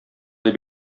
дип